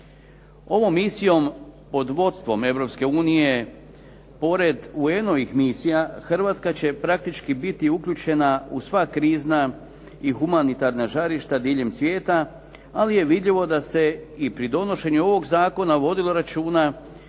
Ovom misijom pod vodstvom Europske unije pored UN-ovih misija Hrvatska će praktički biti uključena u sva krizna i humanitarna žarišta diljem svijeta ali je vidljivo da se i pri donošenju ovog zakona vodilo računa i